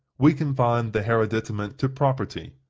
we confine the hereditament to property,